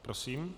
Prosím.